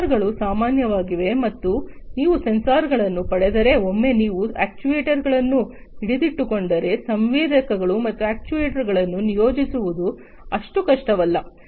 ಸೆನ್ಸಾರ್ಗಳು ಸಾಮಾನ್ಯವಾಗಿವೆ ಒಮ್ಮೆ ನೀವು ಸೆನ್ಸಾರ್ಗಳನ್ನು ಪಡೆದರೆ ಒಮ್ಮೆ ನೀವು ಅಕ್ಚುಯೆಟರ್ಸ್ಗಳನ್ನು ಹಿಡಿದಿಟ್ಟುಕೊಂಡರೆ ಸಂವೇದಕಗಳು ಮತ್ತು ಅಕ್ಚುಯೆಟರ್ಸ್ಗಳನ್ನು ನಿಯೋಜಿಸುವುದು ಅಷ್ಟು ಕಷ್ಟವಲ್ಲ